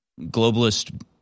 globalist